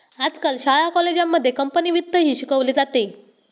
आजकाल शाळा कॉलेजांमध्ये कंपनी वित्तही शिकवले जाते